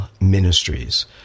Ministries